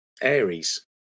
aries